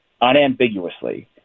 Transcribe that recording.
unambiguously